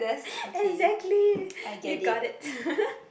exactly you got it